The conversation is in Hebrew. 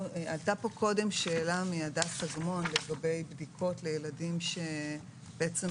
עלתה כאן קודם שאלה של הדס אגמון לגבי בדיקות לילדים שמטעמי